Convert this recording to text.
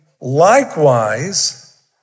likewise